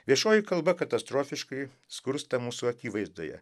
viešoji kalba katastrofiškai skursta mūsų akivaizdoje